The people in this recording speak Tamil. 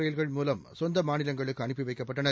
ரயில்கள் மூலம் சொந்த மாநிலங்களுக்கு அனுப்பி வைக்கப்பட்டனர்